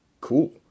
cool